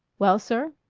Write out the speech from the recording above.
well, sir?